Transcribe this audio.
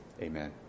Amen